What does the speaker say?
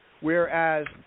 Whereas